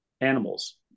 animals